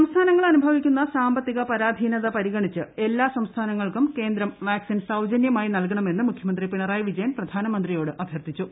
M സംസ്ഥാനങ്ങൾ അനുഭവിക്കുന്ന സാമ്പത്തിക പരാധീനത പരിഗണിച്ച് എല്ലാ സംസ്ഥാനങ്ങൾക്കും കേന്ദ്രം വാക്സിൻ സൌജന്യമായി നൽകണമെന്ന് മുഖ്യമന്ത്രി പിണറായി വിജയൻ പ്രധാനമന്ത്രിയോട് അഭ്യർത്ഥിച്ചു